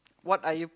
what are you